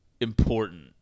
important